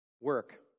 work